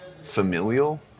familial